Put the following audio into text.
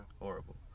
Horrible